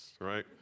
right